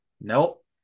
Nope